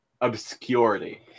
obscurity